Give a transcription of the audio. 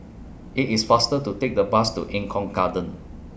IT IS faster to Take The Bus to Eng Kong Garden